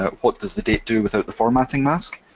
what does the date do without the formatting mask?